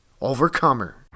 overcomer